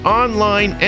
online